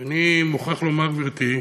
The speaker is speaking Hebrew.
אני מוכרח לומר, גברתי,